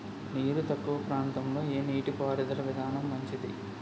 నీరు తక్కువ ప్రాంతంలో ఏ నీటిపారుదల విధానం మంచిది?